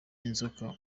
inzoka